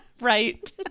Right